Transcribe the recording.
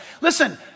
Listen